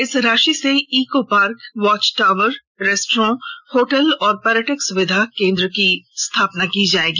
इस राशि से eco park watch tower restaurant hotel और पर्यटक सुविधा केंद्र की स्थापना की जाएगी